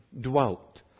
dwelt